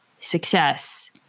success